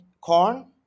corn